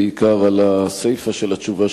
בעיקר על הסיפא של התשובה,